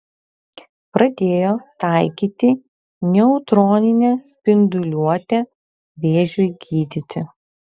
pradėjo taikyti neutroninę spinduliuotę vėžiui gydyti